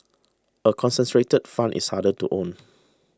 a concentrated fund is harder to own